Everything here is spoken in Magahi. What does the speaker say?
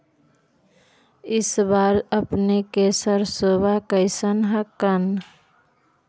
इस बार अपने के सरसोबा कैसन हकन?